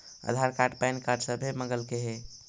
आधार card PAN card सभे मगलके हे?